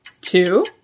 Two